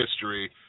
history